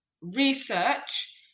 research